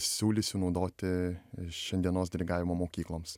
siūlysiu naudoti šiandienos dirigavimo mokykloms